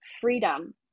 freedom